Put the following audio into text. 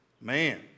man